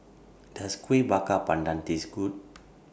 Does Kuih Bakar Pandan Taste Good